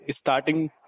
starting